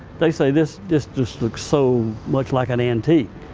they say this this just looks so much like an antique.